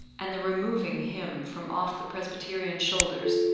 and the removing him from off the presbyterian shoulders,